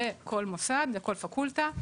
לכל מוסד לכל פקולטה,